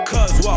Cause